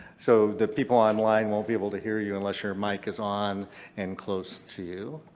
so the people online won't be able to hear you unless your mic is on and close to you.